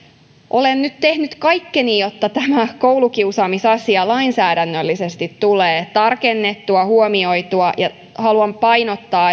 olen nyt tehnyt kaikkeni jotta tämä koulukiusaamisasia lainsäädännöllisesti tulee tarkennettua ja huomioitua ja haluan painottaa